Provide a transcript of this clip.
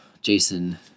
Jason